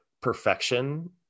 perfection